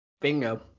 Bingo